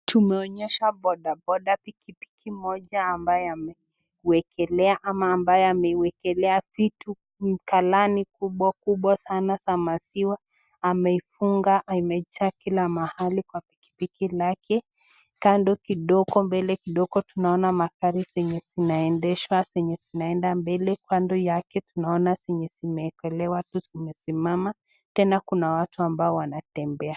Tumeonyeshwa(cs) bodaboda(cs), pikipiki moja ambaye yamewekelea ama ambaye ameekelea vitu, kalani kubwakubwa sana za maziwa, ameifunga imejaa kila mahali kwa pikipiki lake kando kidogo, mbele kidogo, tunaona magari zinazoendeshwa zinaenda mbele, kando yake, tunaona zenye zimewekelaa tu zimesimama, tena kuna watu ambao wanatembea.